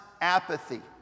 apathy